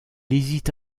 hésite